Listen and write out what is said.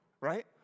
right